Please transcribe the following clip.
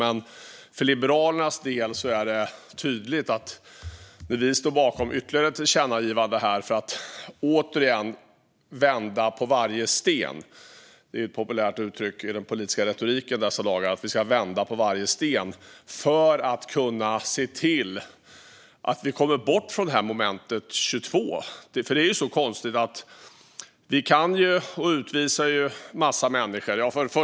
Men för Liberalernas del är det tydligt att vi står bakom ytterligare ett tillkännagivande för att återigen vända på varje sten - det är ett populärt uttryck i den politiska retoriken dessa dagar att vi ska vända på varje sten. Det gör vi för att se till att vi ska komma bort från moment 22. Detta är ju så konstigt. Vi utvisar en massa människor.